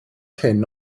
hyn